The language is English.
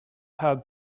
had